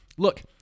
Look